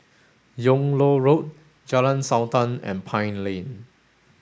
Yung Loh Road Jalan Sultan and Pine Lane